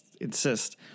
insist